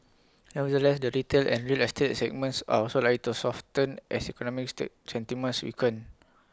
nevertheless the retail and real estate segments are also likely to soften as economic still sentiments weaken